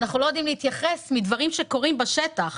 אנחנו לא יודעים להתייחס מדברים שקורים בשטח